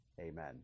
amen